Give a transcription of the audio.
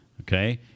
Okay